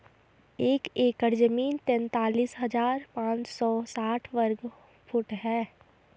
एक एकड़ जमीन तैंतालीस हजार पांच सौ साठ वर्ग फुट है